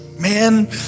man